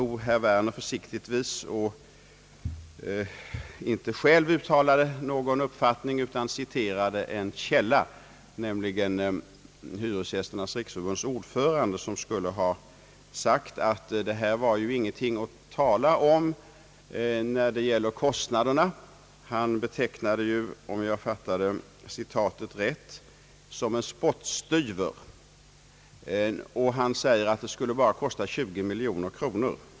Herr Werner uttalade försiktigtvis inte någon egen uppfattning, utan citerade en källa, nämligen Hyresgästernas riksförbunds ordförande, som skulle ha sagt att kostnaderna inte var något att tala om. Han betecknade 20 milj.kr.nor som en spottstyver, om jag fattade citatet rätt.